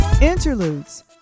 Interludes